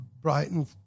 Brighton